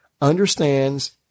understands